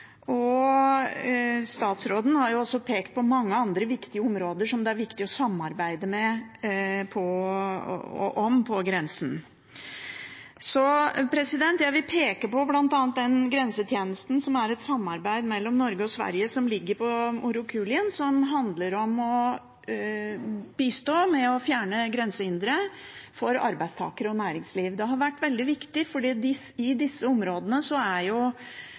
Statsråden har pekt på mange andre viktige områder på grensen som det er viktig å samarbeide om. Jeg vil peke på bl.a. Grensetjenesten, som er et samarbeid mellom Norge og Sverige som ligger på Morokulien, og som handler om å bistå med å fjerne grensehindre for arbeidstakere og næringsliv. Det har vært veldig viktig, for i disse områdene er